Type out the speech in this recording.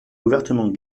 ouvertement